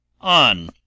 on